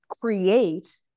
create